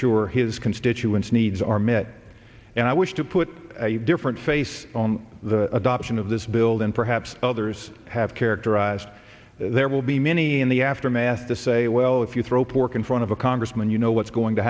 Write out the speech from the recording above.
sure his constituents needs are met and i wish to put a different face on the adoption of this build and perhaps others have characterized there will be many in the aftermath to say well if you throw pork in front of a congressman you know what's going to